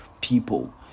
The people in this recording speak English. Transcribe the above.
people